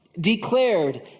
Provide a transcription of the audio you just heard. Declared